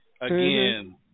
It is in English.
again